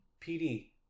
PD